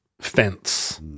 fence